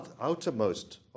outermost